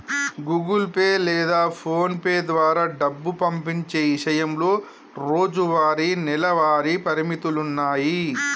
Google Pay లేదా PhonePe ద్వారా డబ్బు పంపించే ఇషయంలో రోజువారీ, నెలవారీ పరిమితులున్నాయి